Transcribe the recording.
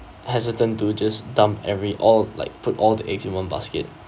hesitant to just dump every all like put all the eggs in one basket